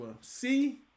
see